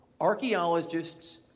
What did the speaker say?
archaeologists